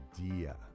idea